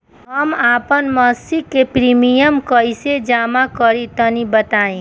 हम आपन मसिक प्रिमियम कइसे जमा करि तनि बताईं?